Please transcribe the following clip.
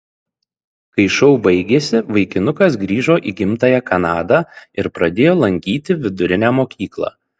kai šou baigėsi vaikinukas grįžo į gimtąją kanadą ir pradėjo lankyti vidurinę mokyklą